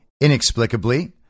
Inexplicably